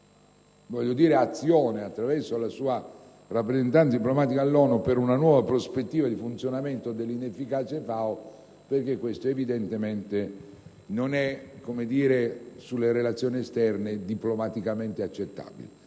in un'azione, attraverso la sua rappresentanza diplomatica all'ONU, per una nuova prospettiva di funzionamento dell'inefficace FAO perché ciò evidentemente non è, nelle relazioni esterne, diplomaticamente accettabile.